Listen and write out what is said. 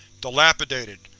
dilapidated,